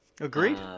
Agreed